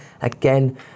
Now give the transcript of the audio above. Again